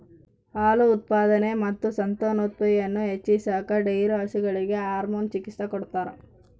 ಹಾಲು ಉತ್ಪಾದನೆ ಮತ್ತು ಸಂತಾನೋತ್ಪತ್ತಿಯನ್ನು ಹೆಚ್ಚಿಸಾಕ ಡೈರಿ ಹಸುಗಳಿಗೆ ಹಾರ್ಮೋನ್ ಚಿಕಿತ್ಸ ಕೊಡ್ತಾರ